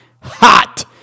hot